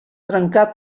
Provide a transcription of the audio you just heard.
trencar